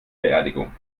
beerdigung